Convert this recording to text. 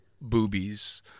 boobies